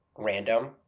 random